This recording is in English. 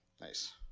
nice